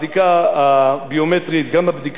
גם בבדיקה של נתוני זיהוי של הנכנסים,